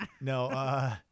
No